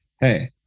hey